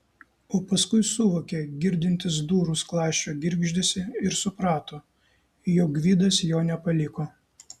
o paskui suvokė girdintis durų skląsčio girgždesį ir suprato jog gvidas jo nepaliko